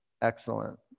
excellent